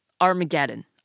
Armageddon